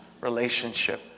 relationship